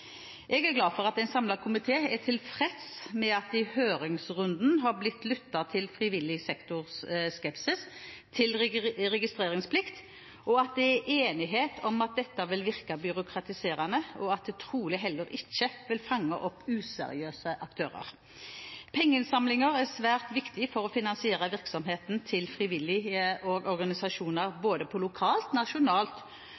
Jeg er glad for at en samlet komité er tilfreds med at det i høringsrunden har blitt lyttet til frivillig sektors skepsis til registreringsplikt, at det er enighet om at dette vil virke byråkratiserende og at det trolig heller ikke vil fange opp useriøse aktører. Pengeinnsamlinger er svært viktig for å finansiere virksomheten til frivillige organisasjoner på både lokalt, nasjonalt